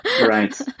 Right